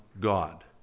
God